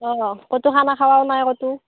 অ' ক'তো খানা খোৱাও নাই ক'তো